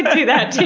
do that, too.